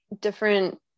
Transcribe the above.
different